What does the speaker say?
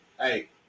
Hey